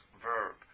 verb